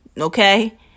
Okay